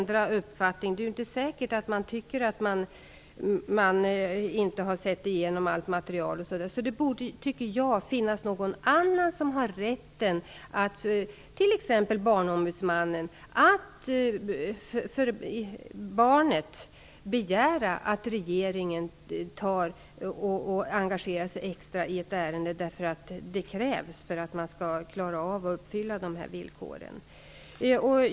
Det är inte säkert att man tycker att man inte har sett igenom allt material. Det borde vara någon annan, t.ex. Barnombudsmannen, som har rätten att för barnets räkning begära att regeringen engagerar sig extra i ett ärende därför att det krävs för att man skall klara av att uppfylla de här villkoren.